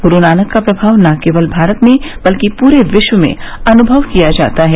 गुरू नानक का प्रभाव न केवल भारत में बल्कि पूरे विश्व् में अनुभव किया जाता है